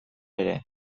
ere